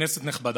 כנסת נכבדה,